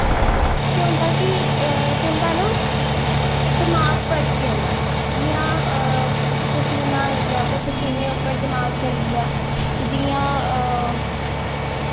केह् होंदा कि तुं'दा ना दमाक भटकी जंदा जि'यां पसीना आइया ते पसीनें उप्पर दमाक चली आ जि'यां